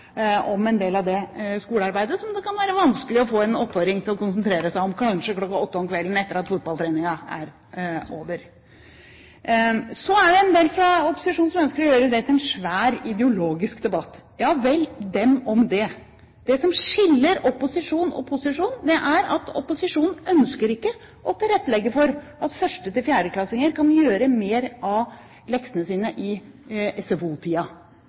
om en del av det skolearbeidet som det kan være vanskelig å få en 8-åring til å konsentrere seg om kanskje kl. 20 om kvelden etter at fotballtreningen er over. Så er det en del fra opposisjonen som ønsker å gjøre det til en svær ideologisk debatt. Ja vel, dem om det! Det som skiller opposisjonen og posisjonen, er at opposisjonen ikke ønsker å tilrettelegge for at 1.–4.-klassinger kan gjøre mer av leksene sine i